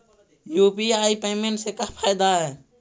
UPI payment से का फायदा है?